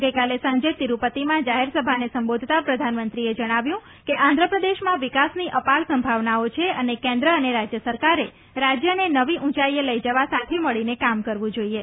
ગઈકાલે સાંજે તિરુપતિમાં જાહેરસભાને સંબોધતાં પ્રધાનમંત્રીએ જણાવ્યું કે આંધ્રપ્રદેશમાં વિકાસની અપાર સંભાવનાઓ છે અને કેન્દ્ર અને રાજ્ય સરકારે રાજ્યને નવી ઊંચાઈએ લઈ જવા સાથે મળીને કામ કરવું જોઈએ